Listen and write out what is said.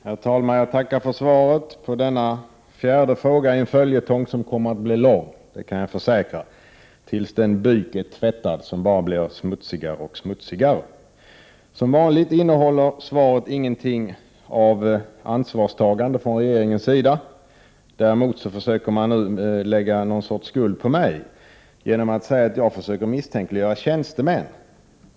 Herr talman! Jag tackar för svaret på denna fjärde fråga i en följetong som kommer att bli lång — det kan jag försäkra — tills den byk är tvättad som bara blir smutsigare och smutsigare. Som vanligt innehåller svaret ingenting av ansvarstagande från regeringens sida. Däremot försöker man nu lägga någon sorts skuld på mig genom att säga att jag försöker misstänkliggöra tjänstemän.